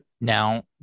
Now